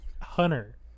Hunter